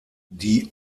die